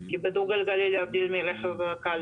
כי בדו-גלגלי להבדיל מרכב קל,